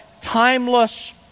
timeless